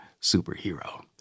superhero